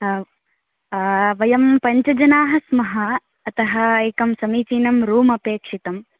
वयं पञ्चजनाः स्मः अतः एकं समीचीनं रूम् अपेक्षितम्